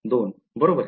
2 ठीक आहे